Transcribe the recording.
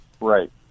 Right